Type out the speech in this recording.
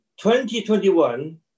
2021